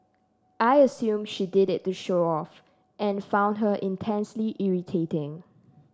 I assumed she did it to show off and found her intensely irritating